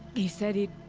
he said he'd.